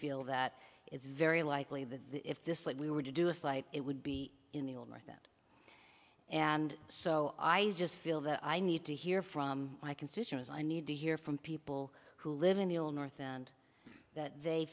feel that it's very likely that if this like we were to do a site it would be in the old north that and so i just feel that i need to hear from my constituents i need to hear from people who live in the north and that they